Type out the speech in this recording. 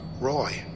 Roy